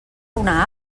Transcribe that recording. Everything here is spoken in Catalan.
una